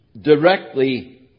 directly